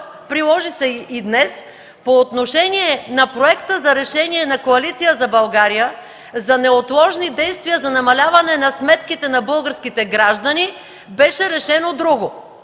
приложи се и днес по отношение на предложение на Коалиция за България за неотложни действия за намаляване сметките на българските граждани, беше решено друго?